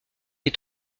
est